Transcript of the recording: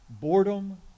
Boredom